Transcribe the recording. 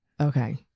Okay